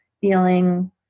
feeling